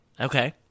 Okay